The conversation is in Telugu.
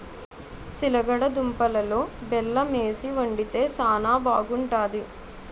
సిలగడ దుంపలలో బెల్లమేసి వండితే శానా బాగుంటాది